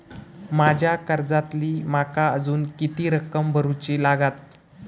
माझ्या कर्जातली माका अजून किती रक्कम भरुची लागात?